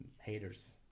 haters